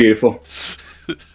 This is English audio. Beautiful